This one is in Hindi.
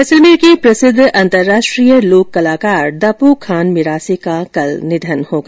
जैसलमेर के प्रसिद्ध अंतरराष्ट्रीय लोक कलाकार दपु खान मिरासी का कल निधन हो गया